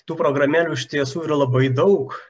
tų programėlių iš tiesų yra labai daug